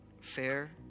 fair